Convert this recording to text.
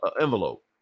envelope